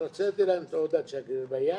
אבל הוצאתי להם תעודת שגריר ביד